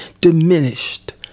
diminished